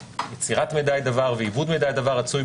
יצירת מידע ועיבוד מידע היא דבר רצוי.